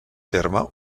terme